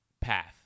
path